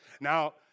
Now